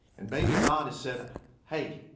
and maybe god has said hey,